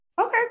Okay